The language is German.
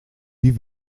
die